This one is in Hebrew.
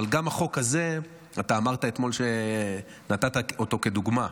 גם החוק הזה, אתה אתמול נתת אותו כדוגמה.